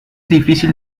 difícil